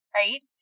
right